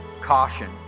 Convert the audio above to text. caution